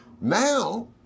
Now